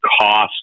cost